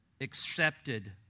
accepted